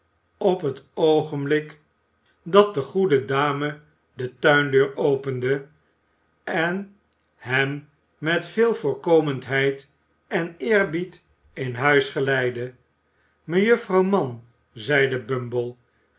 op he oogenblik dat de goede dame de tuindeur opende en hem met veel voorkomendheid en eerbied in huis geleidde mejuffrouw mann zeide bumble